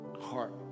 heart